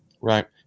Right